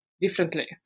differently